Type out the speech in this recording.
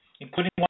Including